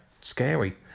scary